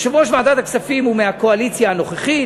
יושב-ראש ועדת הכספים הוא מהקואליציה הנוכחית.